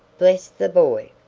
bless the boy!